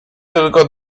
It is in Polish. tylko